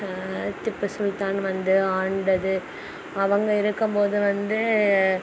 திப்பு சுல்தான் வந்து ஆண்டது அவங்க இருக்கும்போது வந்து